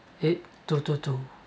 eight two two two